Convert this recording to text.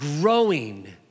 growing